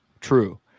true